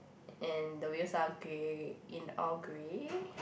and the wheels are grey in all grey